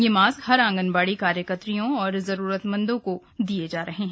यह मास्क हर आंगनबाड़ी कार्यकर्त्रियों और जरूरतमन्दों को दिए जा रहे हैं